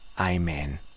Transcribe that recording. Amen